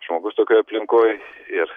žmogus tokioj aplinkoj ir